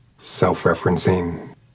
Self-referencing